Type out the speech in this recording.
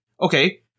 Okay